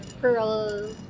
pearl